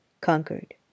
conquered